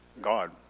God